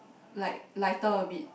like lighter a bit